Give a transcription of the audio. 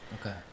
okay